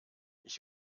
ich